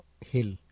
hill